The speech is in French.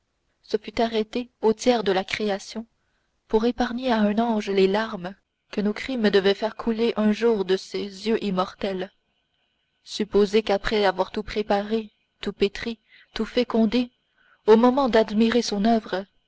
se fût arrêté au tiers de la création pour épargner à un ange les larmes que nos crimes devaient faire couler un jour de ses yeux immortels supposez qu'après avoir tout préparé tout pétri tout fécondé au moment d'admirer son oeuvre